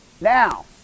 Now